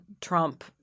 Trump